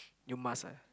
you must ah